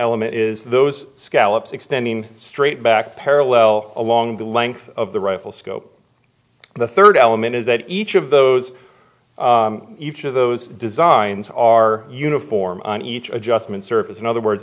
element is those scallops extending straight back parallel along the length of the rifle scope the third element is that each of those each of those designs are uniform on each adjustment surface in other words